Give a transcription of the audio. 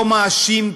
לא מאשים,